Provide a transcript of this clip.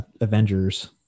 avengers